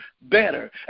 better